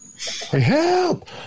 Help